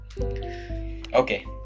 Okay